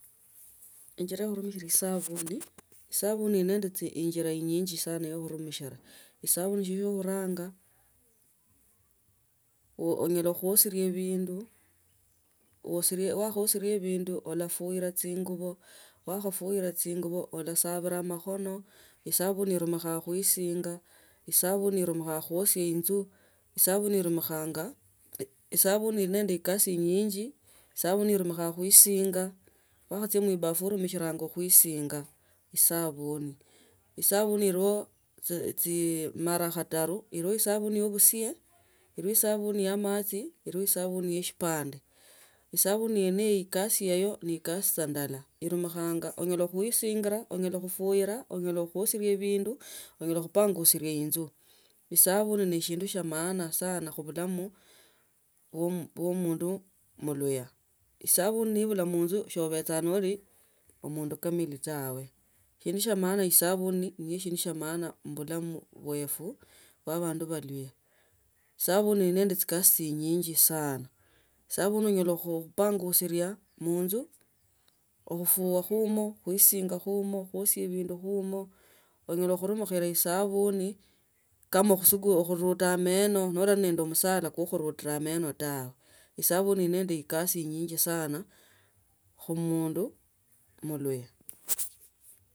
Injira ya khunamalala esabuni. Esabuni ili nende injira inyinge ya khunimichila esabuni shindu shia khuranga onyala khuosilia bindu oselie wakhaoselia bindu olafu yira chingabo wakhafuila chingubo olasabila makhono esabuni irumikhanga khaisanga esabuni inumikhanga khuosya inzu esabuni irumikhanga khuisinga. Wakhachia muibafu urumishalanga khuisinga esabuni, esabuni hii mara khataru che esabuni ya obusie, ibe esabuni ya amachi ebe esabuni ya eshipande esabuni yene yo kazi yeyo kasi ndala enimikhanga onyala khaisinga onyala khufuila onyala khuaselia bindu onyala khupangusulia inzu. Esabuni ne eshindu shia maana esabuni ni shindu shia maana khubulamu boifwe bwa bandu balie esabuni ili nende chikasi chinyinji sana, esabuni onyala khupangusulia munju olufuya umo, uisinga umo, khuosya bindu umo onyala khunemishila esabuni kama khusugua khuruta mononolari nende musala ko khurutila meno tawe. Esabuni ili nende ekasi inyingi sana khumundu muluhya.